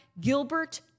Gilbert